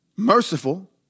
Merciful